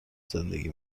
زندگی